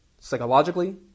psychologically